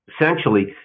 essentially